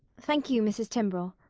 thank you, mrs. timbrell.